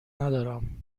ندارم